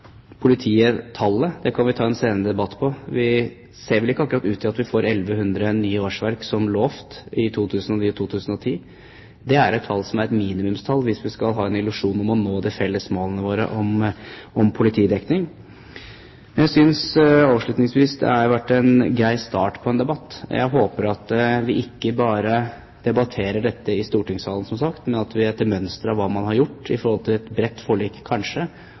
politiet nå som er like skikket som de vi har i dag til å håndtere et mer komplekst kriminalitetsbilde? Polititallet kan vi ta en debatt om senere. Det ser vel ikke akkurat ut til at vi får 1 100 nye årsverk som lovt i 2009 og 2010. Det er et minimumstall hvis vi skal ha en illusjon om å nå de felles målene våre om politidekning. Jeg synes, avslutningsvis, at det har vært en grei start på en debatt. Jeg håper som sagt at vi ikke bare debatterer dette i stortingssalen, men at vi etter mønster av hva man har gjort